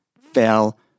fell